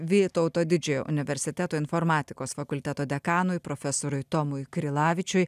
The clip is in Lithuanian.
vytauto didžiojo universiteto informatikos fakulteto dekanui profesoriui tomui krilavičiui